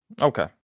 Okay